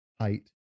height